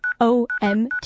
OMG